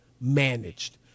managed